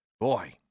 boy